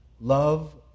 love